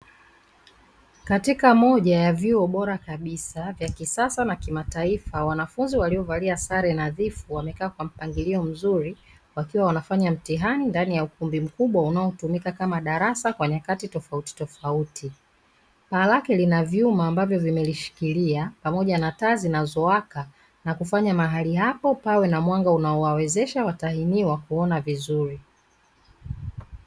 Katika moja ya vyuo bora kabisa vya kisasa na kimataifa, wanafunzi waliovalia sare nadhifu wamekaa kwa mpangilio mzuri; wakiwa wanafanya mtihani ndani ya ukumbi mkubwa unaotumika kama darasa kwa nyakati tofautitofauti. Paa lake lina vyuma ambavyo vimelishikilia pamoja na taa zinazowaka na kufanya mahali hapo pawe na mwanga unaowawezesha watahiniwa kuona vizuri.